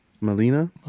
Melina